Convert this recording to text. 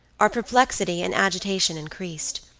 our perplexity and agitation increased.